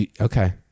Okay